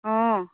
অঁ